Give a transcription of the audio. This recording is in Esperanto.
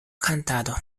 kantado